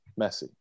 Messi